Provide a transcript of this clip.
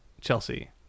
Chelsea